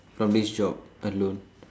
from this job alone